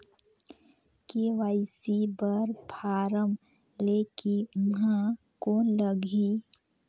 KYC बर form ले के ऊहां कौन लगही?